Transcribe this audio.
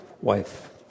wife